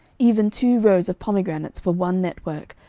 even two rows of pomegranates for one network,